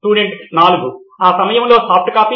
student 4 ఆ సమయంలో soft copy